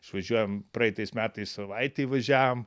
išvažiuojam praeitais metais savaitei važiavom